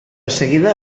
seguida